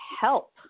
help